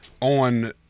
on